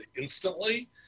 instantly